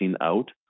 out